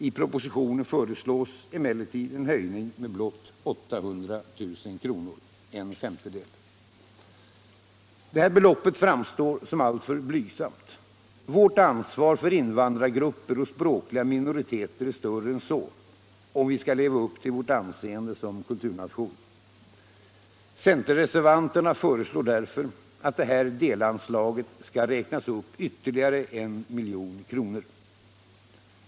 I propositionen föreslås emellertid en höjning med blott 800 000 kr. — en femtedel. Detta belopp framstår som alltför blygsamt. Vårt ansvar för invandrargrupper och språkliga minoriteter är större än så — om vi skall leva upp till vårt anseende som kulturnation. Centerreservanterna föreslår därför att detta delanslag skall räknas upp ytterligare 1 milj.kr.